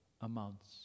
amounts